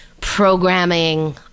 programming